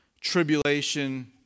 tribulation